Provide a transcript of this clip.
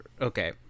Okay